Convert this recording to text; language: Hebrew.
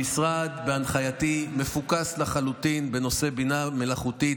המשרד בהנחייתי מפוקס לחלוטין בנושא בינה מלאכותית,